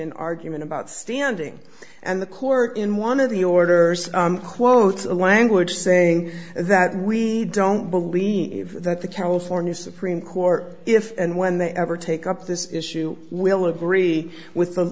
an argument about standing and the core in one of the orders quotes a language saying that we don't believe that the california supreme court if and when they ever take up this issue will agree with